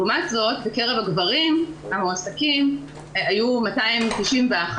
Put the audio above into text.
לעומת זאת בקרב הגברים המועסקים היו 291,000